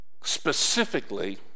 specifically